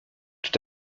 tout